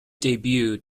debuted